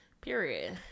Period